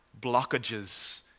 blockages